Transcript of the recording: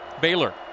Baylor